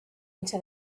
into